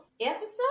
episode